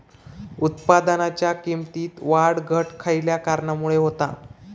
उत्पादनाच्या किमतीत वाढ घट खयल्या कारणामुळे होता?